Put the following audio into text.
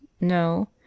No